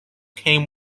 came